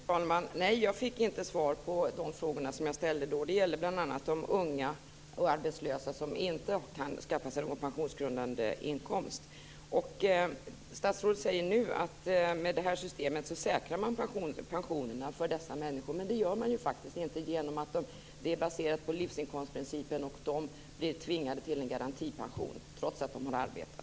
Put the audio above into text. Fru talman! Nej, jag fick inte svar på de frågor som jag ställde då. Det gällde bl.a. de unga och arbetslösa som inte kan skaffa sig någon pensionsgrundande inkomst. Statsrådet säger nu att man säkrar pensionerna för dessa människor med detta system. Det gör man faktiskt inte. Systemet är baserat på livsinkomstprincipen. Dessa människor blir tvingade till en garantipension trots att de har arbetat.